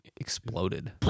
exploded